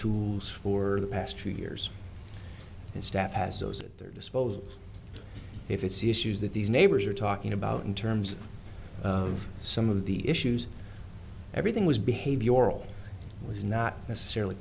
tools for the past few years and staff has those at their disposal if it's issues that these neighbors are talking about in terms of some of the issues everything was behavioral is not necessarily